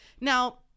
Now